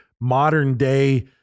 modern-day